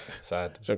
Sad